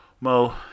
Mo